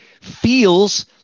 feels